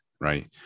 right